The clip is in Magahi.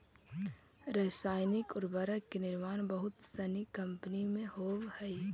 रसायनिक उर्वरक के निर्माण बहुत सनी कम्पनी में होवऽ हई